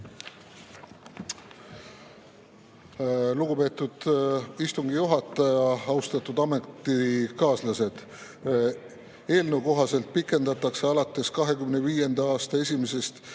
Lugupeetud istungi juhataja! Austatud ametikaaslased! Eelnõu kohaselt pikendatakse alates 2025. aasta 1.